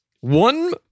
one